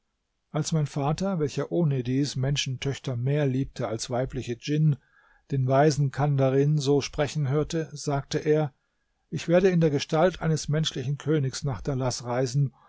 als mein vater welcher ohnedies menschentöchter mehr liebte als weibliche djinn den weisen kandarin so sprechen hörte sagte er ich werde in der gestalt eines menschlichen königs nach dalaß reisen